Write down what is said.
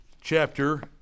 chapter